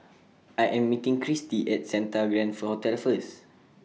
I Am meeting Kirstie At Santa Grand Hotel First